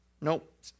Nope